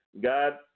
God